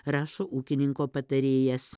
rašo ūkininko patarėjas